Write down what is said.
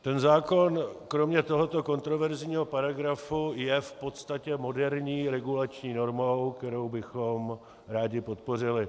Ten zákon kromě tohoto kontroverzního paragrafu je v podstatě moderní regulační normou, kterou bychom rádi podpořili.